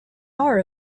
are